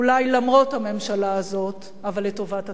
אולי למרות הממשלה הזאת, אבל לטובת הציבור.